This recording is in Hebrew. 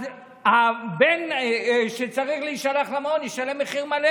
אז הבן שצריך להישלח למעון ישלם מחיר מלא,